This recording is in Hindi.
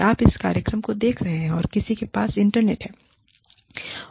हर किसी के पास इंटरनेट है